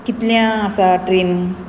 कितल्या आसा ट्रेन